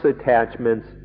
attachments